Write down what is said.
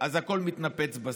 אז הכול מתנפץ בסוף.